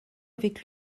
avec